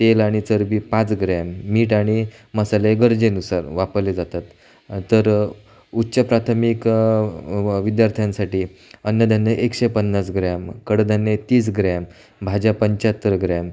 तेल आणि चरबी पाच ग्रॅम मीठ आणि मसाले गरजेनुसार वापरले जातात तर उच्च प्राथमिक व विद्यार्थ्यांसाठी अन्नधान्य एकशे पन्नास ग्रॅम कडधान्य तीस ग्रॅम भाज्या पंच्याहत्तर ग्रॅम